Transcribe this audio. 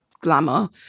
glamour